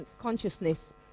consciousness